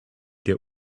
der